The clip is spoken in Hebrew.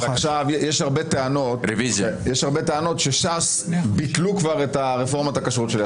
151. יש הרבה טענות שש"ס ביטלו כבר את רפורמת הכשרות שלי.